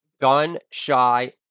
gun-shy